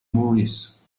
moritz